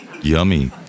Yummy